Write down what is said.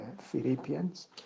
philippians